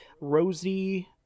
Rosie